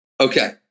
Okay